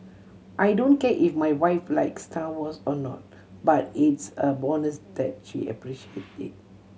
I don't care if my wife likes Star Wars or not but it's a bonus that she appreciates it